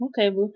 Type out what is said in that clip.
Okay